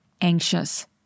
anxious